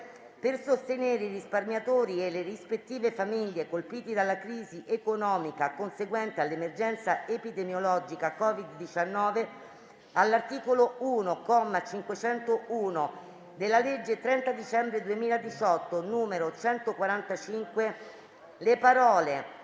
per sostenere i risparmiatori e le rispettive famiglie colpiti dalla crisi economica conseguente all'emergenza epidemiologica "Covid 19", all'articolo l, comma 501, della legge 30 dicembre 2018, n. 145 le parole: